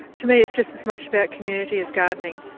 to me it's just as much about community as gardening.